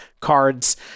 cards